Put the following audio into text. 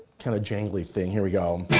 kind of jangly thing. here we go.